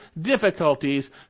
difficulties